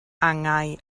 angau